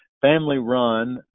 family-run